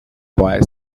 boy